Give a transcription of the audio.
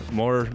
more